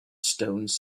stones